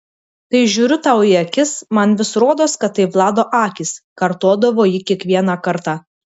kai žiūriu tau į akis man vis rodos kad tai vlado akys kartodavo ji kiekvieną kartą